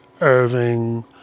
Irving